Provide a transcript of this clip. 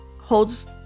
holds